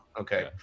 okay